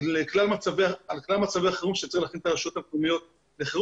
על כלל מצבי חירום שצריך להתאים את הרשויות המקומיות לחירום.